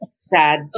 Sad